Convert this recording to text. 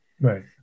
Right